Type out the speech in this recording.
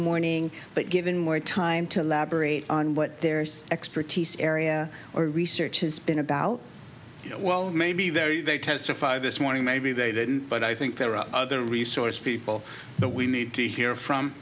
morning but given more time to l'abri on what their expertise area or research has been about well maybe very they testify this morning maybe they didn't but i think there are other resource people that we need to hear from